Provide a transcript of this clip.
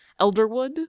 Elderwood